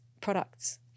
products